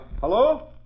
Hello